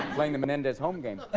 playing the menendez home game